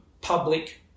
public